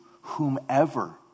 whomever